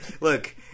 Look